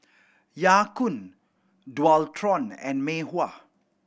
Ya Kun Dualtron and Mei Hua